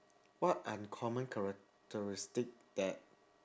what uncommon characteristic that